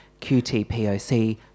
QTPOC